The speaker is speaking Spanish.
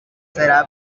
será